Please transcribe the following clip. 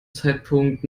zeitpunkt